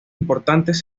importantes